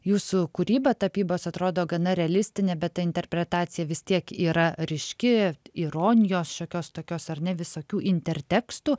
jūsų kūryba tapybos atrodo gana realistinė bet ta interpretacija vis tiek yra ryški ironijos šiokios tokios ar ne visokių intertekstų